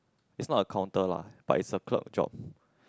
is not a counter la but it's a clerk job